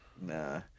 Nah